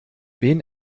wen